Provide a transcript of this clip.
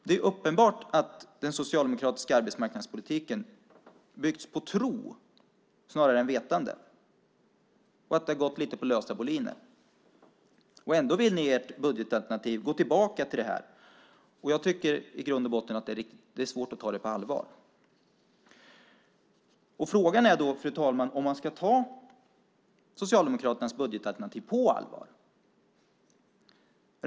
Det är uppenbart att den socialdemokratiska arbetsmarknadspolitiken byggts på tro snarare än vetande och att det har gått lite på lösa boliner. Och ändå vill ni gå tillbaka till detta i ert budgetalternativ. Jag tycker att det i grund och botten är svårt att ta det på allvar. Fru talman! Frågan är om man ska ta Socialdemokraternas budgetalternativ på allvar.